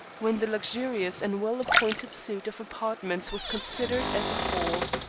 when the luxurious and well-appointed suite of apartments was considered as a whole.